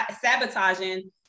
sabotaging